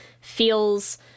feels